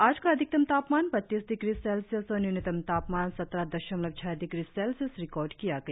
आज का अधिकतम तापमान बत्तीस डिग्री सेस्लियस और न्यूनतम तापमान सत्रह दशमलव छह डिग्री सेल्सियस रिकॉर्ड किया गया